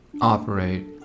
operate